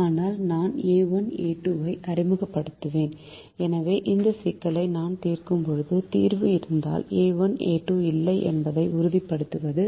ஆனால் நான் a1 a2 ஐ அறிமுகப்படுத்துவேன் எனவே இந்த சிக்கலை நான் தீர்க்கும்போது தீர்வு இருந்தால் a1 a2 இல்லை என்பதை உறுதிப்படுத்துவது